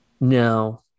no